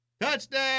Touchdown